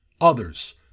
others